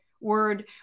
word